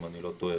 אם אני לא טועה,